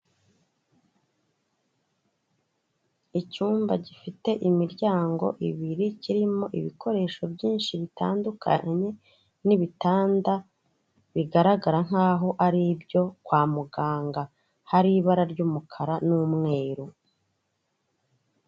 Icyumba gifite imiryango ibiri, kirimo ibikoresho byinshi bitandukanye n'ibitanda bigaragara nk'aho ari ibyo kwa muganga, hari ibara ry'umukara n'umweru.